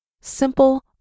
simple